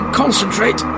concentrate